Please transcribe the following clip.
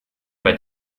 bei